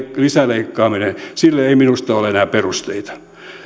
lisäleikkaamiselle ei minusta ole enää perusteita